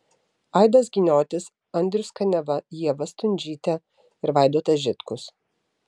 aidas giniotis andrius kaniava ieva stundžytė ir vaidotas žitkus